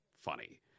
funny